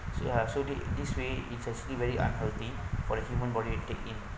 so ya so this this way it's actually very unhealthy for the human body to take it